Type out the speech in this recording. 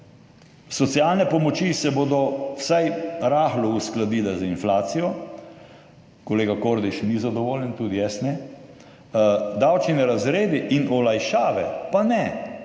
Socialne pomoči se bodo vsaj rahlo uskladile z inflacijo – kolega Kordiš ni zadovoljen, tudi jaz ne –, davčni razredi in olajšave pa ne,